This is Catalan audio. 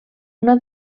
una